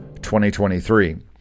2023